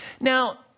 Now